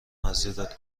مزارت